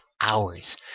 hours